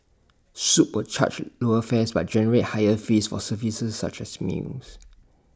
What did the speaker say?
swoop will charge lower fares but generate higher fees for services such as meals